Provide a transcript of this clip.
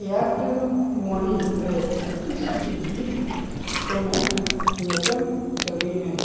Airtel money ᱨᱮ electricity bill payment ᱧᱮᱛᱮᱞ ᱪᱟᱹᱞᱩᱭ ᱢᱮ